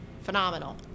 phenomenal